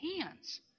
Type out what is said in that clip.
hands